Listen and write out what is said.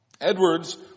Edwards